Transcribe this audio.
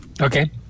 Okay